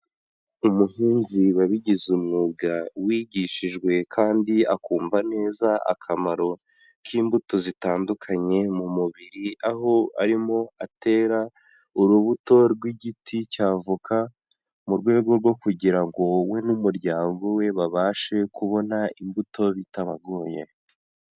Umuhinzi wabigize umwuga wigishijwe kandi akumva neza akamaro k'imbuto zitandukanye mu mubiri, aho arimo atera urubuto rw'igiti cy'avoka mu rwego rwo kugira ngo we n'umuryango we babashe kubona imbuto bitabagoye.